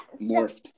morphed